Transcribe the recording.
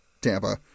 Tampa